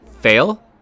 fail